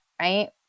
right